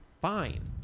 Fine